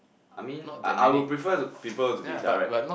I mean I I would prefer people to be direct